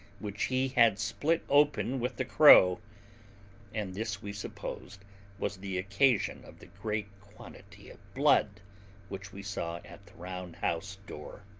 which he had split open with the crow and this we supposed was the occasion of the great quantity of blood which we saw at the round-house door.